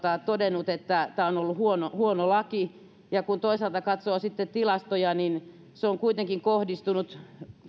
todenneet että tämä on on ollut huono huono laki kun toisaalta katsoo sitten tilastoja niin se on kuitenkin kohdistunut